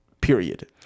period